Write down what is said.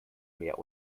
mehr